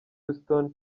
houston